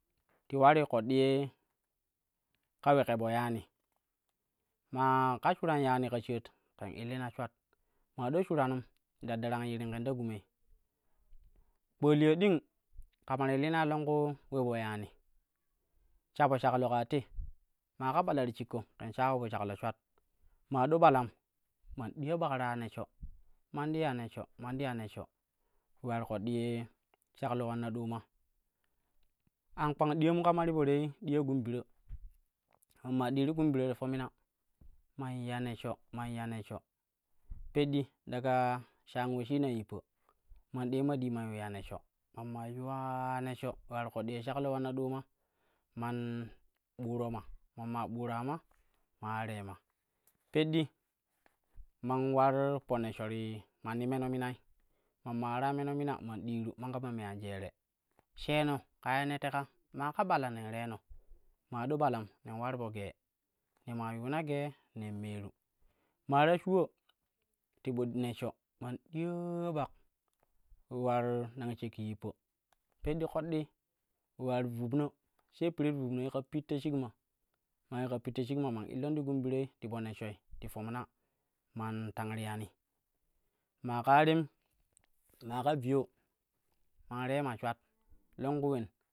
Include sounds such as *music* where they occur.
*noise* Ti ularii ye ka ule ke po yani, maa ka shuran yani ka shaat ƙen illina shulat maa do shuranun daddarangin yirim ken ta gumei kpaliya dinga, kama ti illinai longku ule po yani sha po shaklo kaa te maa ka ɓala ti shikko ken shako po shaklo shwat maa ɗo ɓalam man diya ɓak tu ya neshsho, man ti ya neshsho man ti ya neshsho ule ular koɗɗi ye laklo ulanna ɗooma, am kpang diyomu kama ti po tei diya gun biro, ma maa dii ti gum biro ti fomna, man ya neshsho man ya neshsho, peddi daga shan uleshina yippa man ɗeema dii man yiu ya neshsho ma maa yuuwa neshsho ule ular koddi ye shaklo ulamma ɗooma man ɓuuro ma ma maa ɓura ma man ula reema. Peddi man ular po neshsho ti manni meno minai man ma ulara meno mima man diiru ma kama me an jere. Sheeno ka ye ne teka maa ƙa ɓala nan reeno maa ɗo ɓalamu nen ular fo gee, ne maa yuuwa gee nen meeru, maa ta shuwo, ti po neshsho man diyaa ɓak ule ular nangshakki yippa, peddi ƙoɗɗii ule ular vubna, sai pirit vubna yikan pitta shikma, maa yika pitta shikma man illan ti gum birai ti po neshshoi ti fomina man tang riyani. Maa ƙaa tem maa ka viyo, man reema shwat longku ulen.